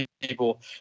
people